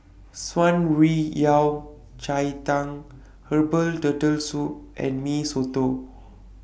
Shan Rui Yao Cai Tang Herbal Turtle Soup and Mee Soto